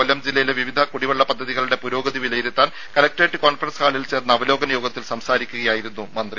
കൊല്ലം ജില്ലയിലെ വിവിധ കുടിവെള്ള പദ്ധതികളുടെ പുരോഗതി വിലയിരുത്താൻ കലക്ട്രേറ്റ് കോൺഫറൻസ് ഹാളിൽ ചേർന്ന അവലോകന യോഗത്തിൽ സംസാരിക്കുകയായിരുന്നു മന്ത്രി